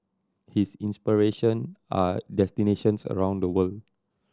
his inspiration are destinations around the world